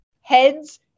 heads